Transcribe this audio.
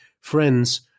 friends